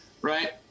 right